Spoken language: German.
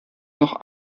noch